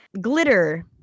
glitter